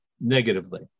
negatively